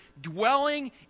dwelling